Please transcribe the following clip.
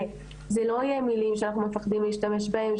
שזה לא יהיה מילים שאנחנו מפחדים להשתמש בהן,